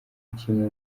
kimwe